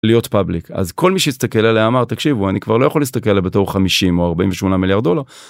להיות public אז כל מי שהסתכל עליה אמר תקשיבו אני כבר לא יכול לסתכל בתור 50 או 48 מיליארד דולר.